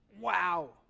wow